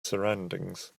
surroundings